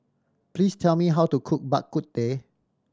please tell me how to cook Bak Kut Teh